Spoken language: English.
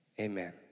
amen